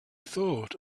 thought